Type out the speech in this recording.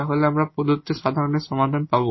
তাহলে আমরা প্রদত্তের সাধারণ সমাধান পাব